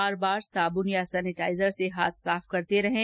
बार बार साबून या सेनेटाइजर से हाथ साफ करते रहें